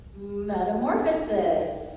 Metamorphosis